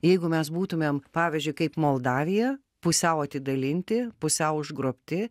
jeigu mes būtumėm pavyzdžiui kaip moldavija pusiau atidalinti pusiau užgrobti